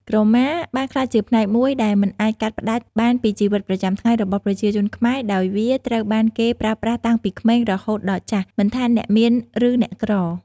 ក្រមាបានក្លាយជាផ្នែកមួយដែលមិនអាចកាត់ផ្ដាច់បានពីជីវិតប្រចាំថ្ងៃរបស់ប្រជាជនខ្មែរ ដោយវាត្រូវបានគេប្រើប្រាស់តាំងពីក្មេងរហូតដល់ចាស់ មិនថាអ្នកមានឬអ្នកក្រ។